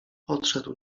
podszedł